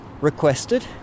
requested